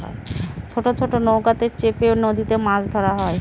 ছোট ছোট নৌকাতে চেপে নদীতে মাছ ধরা হয়